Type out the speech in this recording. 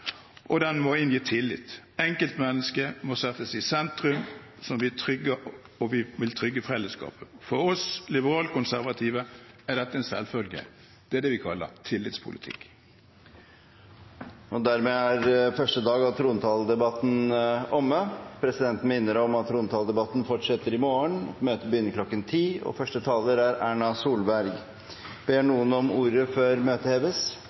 og den må inngi tillit. Enkeltmennesket må settes i sentrum, og vi må trygge fellesskapet. For oss liberalkonservative er dette en selvfølge. Det er det vi kaller tillitspolitikk. Dermed er første dag av trontaledebatten omme. Presidenten minner om at trontaledebatten fortsetter i morgen kl. 10.00, og første taler er statsminister Erna Solberg. Ber noen om ordet før møtet heves?